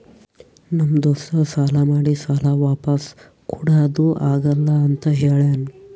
ನಮ್ ದೋಸ್ತ ಸಾಲಾ ಮಾಡಿ ಸಾಲಾ ವಾಪಿಸ್ ಕುಡಾದು ಆಗಲ್ಲ ಅಂತ ಹೇಳ್ಯಾನ್